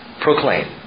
Proclaim